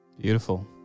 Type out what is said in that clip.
Beautiful